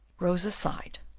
rosa sighed,